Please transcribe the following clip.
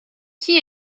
qui